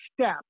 step